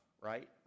right